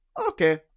okay